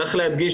צריך להדגיש,